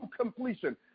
completion